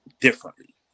differently